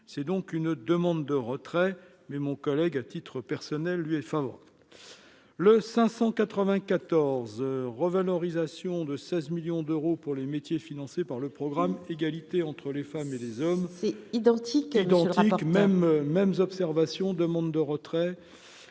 c'est donc une demande de retrait, mais mon collègue à titre personnel, lui, est favori, le 594 revalorisation de 16 millions d'euros pour les métiers, financé par le programme égalité entre les femmes et les hommes identiques identique même mêmes observations demande de retrait